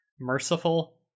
merciful